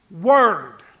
word